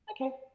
Okay